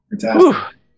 Fantastic